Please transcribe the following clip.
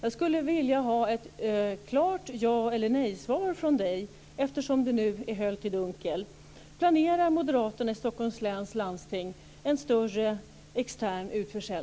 Jag skulle vilja ha ett klart ja eller nej-svar från honom, eftersom det nu är höljt i dunkel.